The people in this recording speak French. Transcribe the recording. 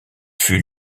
fut